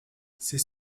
c’est